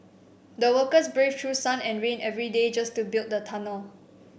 the workers braved through sun and rain every day just to build the tunnel